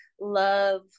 love